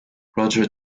roger